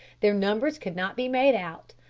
their numbers could not be made out,